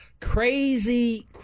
Crazy